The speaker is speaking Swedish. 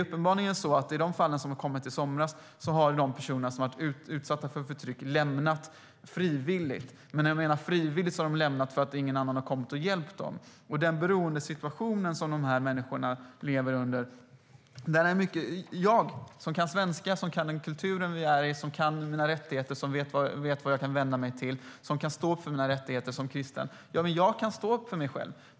I de fall som har kommit i somras är det uppenbart att de personer som har varit utsatta för förtryck har lämnat frivilligt. Men de har lämnat "frivilligt" därför att ingen annan har kommit och hjälpt dem. Det är en beroendesituation som de här människorna lever i. Jag själv - som kan svenska, kan den kultur som vi lever i, kan mina rättigheter, vet vart jag kan vända mig och kan stå för mina rättigheter som kristen - kan stå upp för mig själv.